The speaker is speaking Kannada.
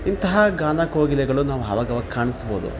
ಇಂತಹ ಗಾನ ಕೋಗಿಲೆಗಳು ನಾವು ಅವಾಗಾವಾಗ ಕಾಣಿಸ್ಬೋದು